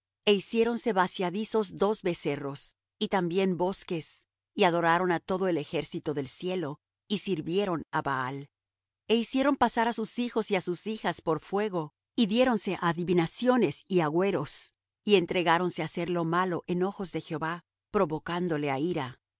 dios é hiciéronse vaciadizos dos becerros y también bosques y adoraron á todo el ejército del cielo y sirvieron á baal e hicieron pasar á sus hijos y á sus hijas por fuego y diéronse á adivinaciones y agüeros y entregáronse á hacer lo malo en ojos de jehová provocándole á ira